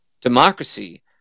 democracy